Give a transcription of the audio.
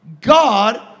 God